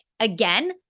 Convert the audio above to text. Again